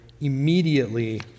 immediately